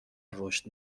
رشد